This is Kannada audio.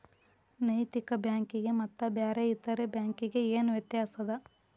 ನೈತಿಕ ಬ್ಯಾಂಕಿಗೆ ಮತ್ತ ಬ್ಯಾರೆ ಇತರೆ ಬ್ಯಾಂಕಿಗೆ ಏನ್ ವ್ಯತ್ಯಾಸದ?